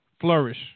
flourish